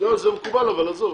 זה מקובל, אבל עזוב.